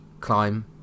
climb